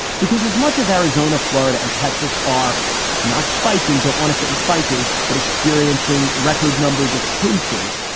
because as much as arizona, florida and texas are not spiking, don't want to say spiking, but experiencing record numbers of cases.